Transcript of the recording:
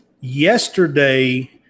Yesterday